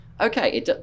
okay